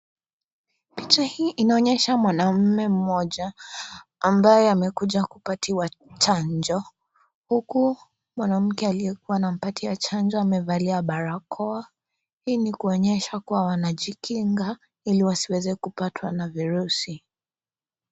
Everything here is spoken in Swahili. Hospitali hii inaonyesha mwanaume moja ambaye amekuja kupewa chanjo huku mwanamke ambaye alikuwa anampatia chanjo amevalia barakoa hii inaonyesha kuwa wanajikinga hili wasipatwe na virusi.